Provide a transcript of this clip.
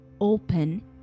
open